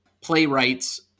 playwright's